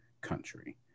country